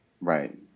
Right